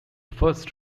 first